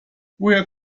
woher